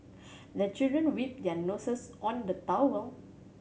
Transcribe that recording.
the children wipe their noses on the towel